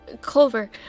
Clover